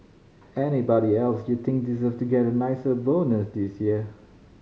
anybody else you think deserve to get a nicer bonus this year